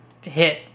hit